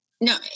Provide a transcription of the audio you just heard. No